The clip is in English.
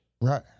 Right